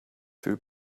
two